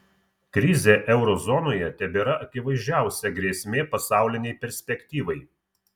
krizė euro zonoje tebėra akivaizdžiausia grėsmė pasaulinei perspektyvai